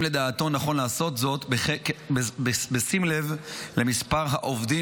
אם לדעתו נכון לעשות זאת בשים לב למספר העובדים